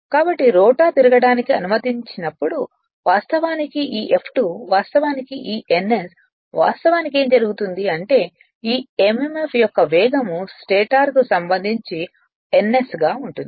కాబట్టి రోటర్ తిరగడానికి అనుమతించనప్పుడు వాస్తవానికి ఈ F2 వాస్తవానికి ఈ ns వాస్తవానికి ఏమి జరుగుతుంది అంటే ఈ emf యొక్క వేగం స్టేటర్కు సంబంధించి ns గా ఉంటుంది